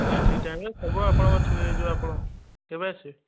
ଆଜ୍ଞା ଠିକ୍ ଟାଇମ୍ ରେ ସବୁ ଆପଣଙ୍କର ଠିକ୍ରେ ହେଇଯିବ ଆପଣ କେବେ ଆସିବେ